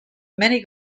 many